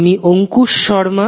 আমি আঙ্কুশ শর্মা